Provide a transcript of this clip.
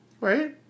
Right